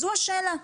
זו השאלה.